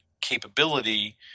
capability